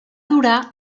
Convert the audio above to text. durar